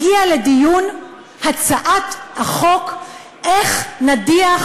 הגיעה לדיון הצעת החוק איך נדיח,